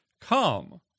Come